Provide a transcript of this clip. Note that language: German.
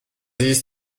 ist